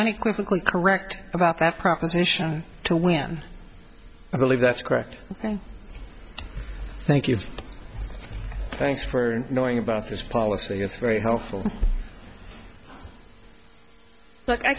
unequivocally correct about that proposition to win i believe that's correct ok thank you thanks for knowing about this policy that's very helpful but i